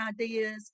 ideas